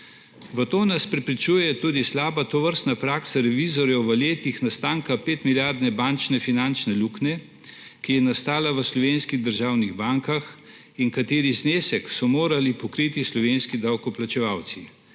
V to nas prepričuje tudi slaba tovrstna praksa revizorjev v letih nastanka 5-milijardne bančne finančne luknje, ki je nastala v slovenskih državnih bankah in katerih znesek so morali pokriti slovenski davkoplačevalci.